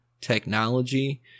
technology